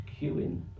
queuing